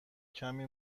کمی